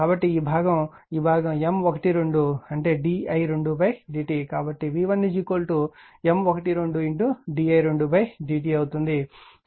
కాబట్టి ఈ భాగం ఈ భాగం M12 అంటే di2 dt కాబట్టి v1 M 12d i 2dt అవుతుంది